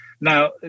Now